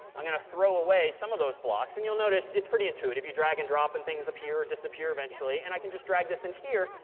i'm going to throw away some of those blocks. and you'll notice it's pretty intuitive. you drag and drop and things appear and disappear eventually. and i can just drag this in here,